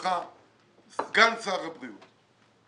לשמאלך סגן שר הבריאות.